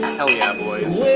hell yeah boys